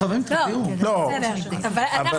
אני מניח